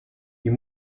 you